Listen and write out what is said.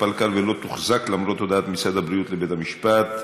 פל-קל ולא תוחזק למרות הודעת משרד הבריאות לבית המשפט,